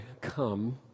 come